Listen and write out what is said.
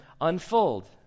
unfold